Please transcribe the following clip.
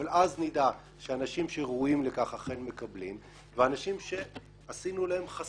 אבל אז נדע שאנשים שראויים לכך אכן מקבלים ואנשים שעשינו להם כאן